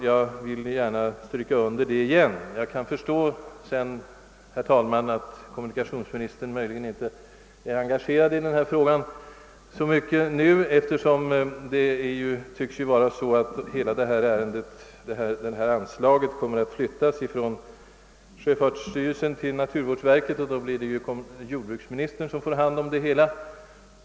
Jag vill gärna här stryka under detta behov igen. Jag kan förstå, herr talman, om kommunikationsministern möjligen inte skulle känna sig så engagerad i den här frågan nu, eftersom detta anslag torde komma att flyttas från sjöfartsstyrelsen till naturvårdsverket. Då blir det ju jordbruksministern som får hand om det.